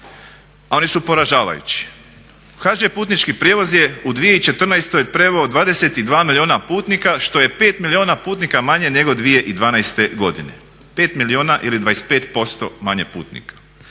a oni su poražavajući, HŽ putnički prijevoz je u 2014. preveo 22 milijuna putnika što je 5 milijuna putnika manje nego 2012. godine, 5 milijuna ili 25% manje putnika.